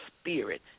spirit